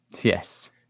Yes